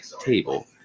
table